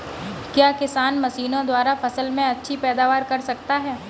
क्या किसान मशीनों द्वारा फसल में अच्छी पैदावार कर सकता है?